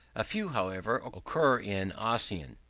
a few, however, occur in ossian.